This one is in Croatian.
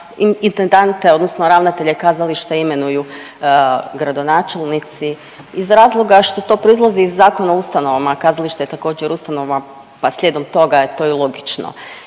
intendante odnosno ravnatelje kazališta imenuju gradonačelnici iz razloga što to proizlazi iz Zakona o ustanovama, kazalište je također ustanova pa slijedom toga je to i logično.